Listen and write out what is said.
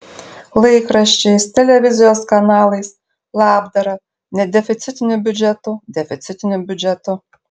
laikraščiais televizijos kanalais labdara nedeficitiniu biudžetu deficitiniu biudžetu